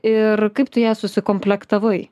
ir kaip tu ją susikomplektavai